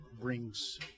brings